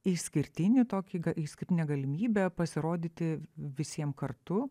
išskirtinį tokį išskirtinę galimybę pasirodyti visiem kartu